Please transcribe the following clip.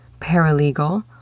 paralegal